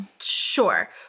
Sure